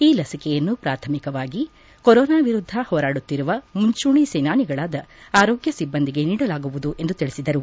ಈ ಲಸಿಕೆಯನ್ನು ಪ್ರಾಥಮಿಕವಾಗಿ ಕೊರೊನಾ ವಿರುದ್ದ ಹೋರಾಡುತ್ತಿರುವ ಮುಂಚೂಣಿ ಸೇನಾನಿಗಳಾದ ಆರೋಗ್ಯ ಸಿಬ್ಬಂದಿಗೆ ನೀಡಲಾಗುವುದು ಎಂದು ತಿಳಿಸಿದರು